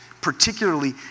particularly